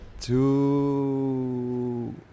two